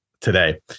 today